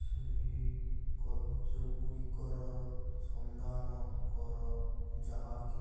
ସେହି କଲେଜ୍ ଗୁଡ଼ିକର ସନ୍ଧାନ କର ଯାହାକି